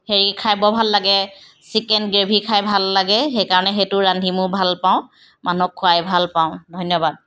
হেৰি খাই বৰ ভাল লাগে চিকেন গ্ৰেভি খাই ভাল লাগে সেইকাৰণে সেইটো ৰান্ধি মোৰ ভালপাওঁ মানুহক খোৱাই ভাল পাওঁ ধন্যবাদ